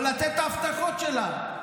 או לתת את ההבטחות שלה.